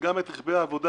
וגם את רכבי העבודה.